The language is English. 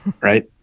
right